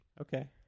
Okay